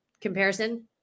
comparison